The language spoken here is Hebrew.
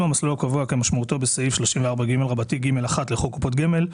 אם המסלול הקובע כמשמעותו בסעיף 34ג(ג)(1) לחוק קופות גמל,